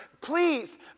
Please